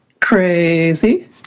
crazy